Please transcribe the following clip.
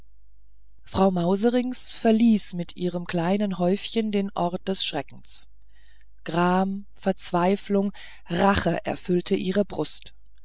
frau mauserinks verließ mit ihrem kleinen häufchen den ort des schreckens gram verzweiflung rache erfüllte ihre brust